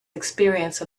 experience